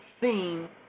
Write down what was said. seen